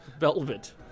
Velvet